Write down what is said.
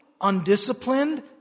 undisciplined